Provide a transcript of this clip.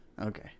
Okay